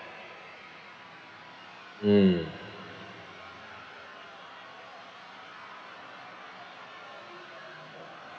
mm